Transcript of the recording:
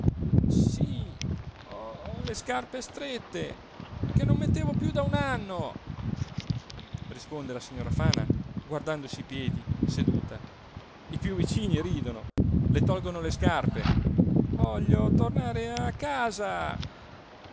sì ho le scarpe strette che non mettevo più da un anno risponde la signora fana guardandosi i piedi seduta i più vicini ridono le tolgono le scarpe voglio tornare a casa